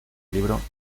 libro